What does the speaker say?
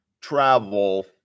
Travel